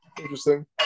interesting